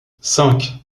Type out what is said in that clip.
cinq